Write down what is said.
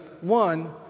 one